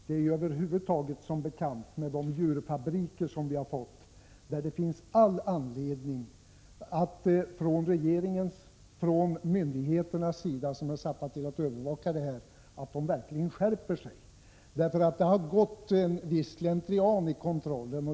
Med tanke på de djurfabriker som har byggts upp finns det all anledning att regeringen och de myndigheter som är satta att övervaka dessa frågor skärper övervakningen. Det har gått en viss slentrian i kontrollen.